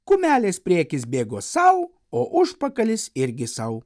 kumelės priekis bėgo sau o užpakalis irgi sau